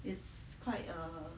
it's quite err